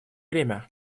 время